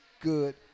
good